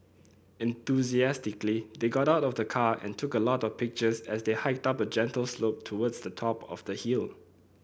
enthusiastically they got out of the car and took a lot of pictures as they hiked up a gentle slope towards the top of the hill